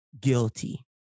guilty